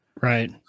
right